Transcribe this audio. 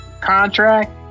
contract